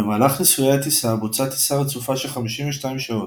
במהלך ניסויי הטיסה בוצעה טיסה רצופה של 52 שעות,